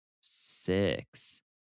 six